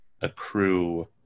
accrue